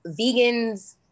vegans